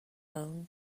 own